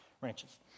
ranches